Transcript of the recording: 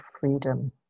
freedom